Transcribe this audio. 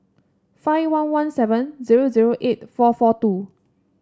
five one one seven zero zero eight four four two